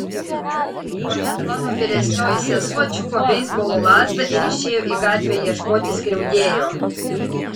tuomet mano vyresnioji sesuo čiupo beisbolo lazdą ir išėjo į gatvę ieškoti skriaudėjo